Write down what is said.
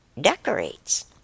decorates